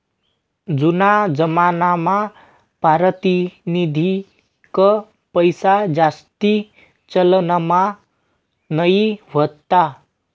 जूना जमानामा पारतिनिधिक पैसाजास्ती चलनमा नयी व्हता